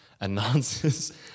announces